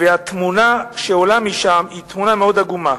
והתמונה שעולה משם היא תמונה מאוד עגומה.